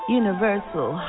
universal